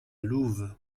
louve